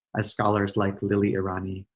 as scholars like lilly irani,